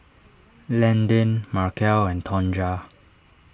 Landin Markell and Tonja